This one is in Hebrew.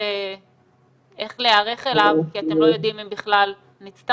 איך להיערך אליו כי אתם לא יודעים אם בכלל נצטרך